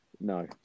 No